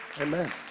Amen